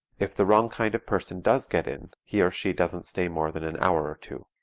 if the wrong kind of person does get in, he or she doesn't stay more than an hour or two.